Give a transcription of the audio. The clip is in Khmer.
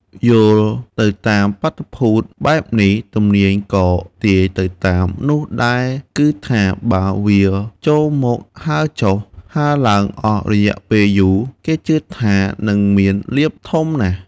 យោលទៅតាមបាតុភូតបែបនេះ ទំនាយក៏ទាយទៅតាមនោះដែរគឺថា បើវាចូលមកហើរចុះ ហើរឡើងអស់រយៈពេលយូរ គេជឿថានិងមានលាភធំណាស់។